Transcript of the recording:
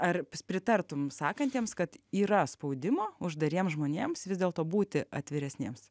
ar pritartum sakantiems kad yra spaudimo uždariems žmonėms vis dėlto būti atviresniems